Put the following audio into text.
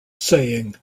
saying